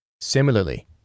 Similarly